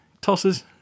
tosses